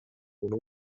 خونه